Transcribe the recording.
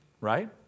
Right